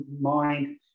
mind